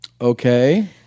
Okay